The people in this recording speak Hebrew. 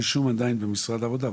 הרישום עדיין במשרד העבודה,